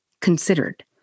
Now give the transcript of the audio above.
considered